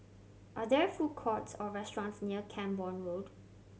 are there food courts or restaurants near Camborne Road